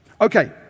Okay